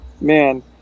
man